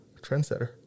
trendsetter